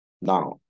now